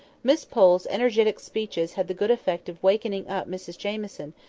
miss pole's energetic speeches had the good effect of wakening up mrs jamieson,